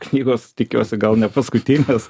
knygos tikiuosi gal nepaskutinės